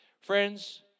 Friends